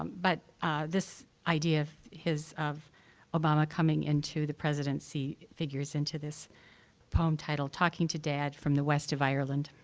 um but this idea of this of obama coming into the president's seat figures into this poem titled talking to dad from the west of ireland.